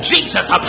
Jesus